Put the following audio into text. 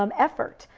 um effort.